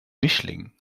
mischling